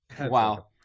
Wow